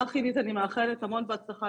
לך, עידית, אני מאחלת המון הצלחה.